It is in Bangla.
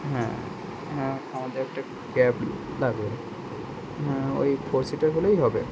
হ্যাঁ হ্যাঁ আমাদের একটা ক্যাব লাগবে হ্যাঁ ওই ফোর সিটার হলেই হবে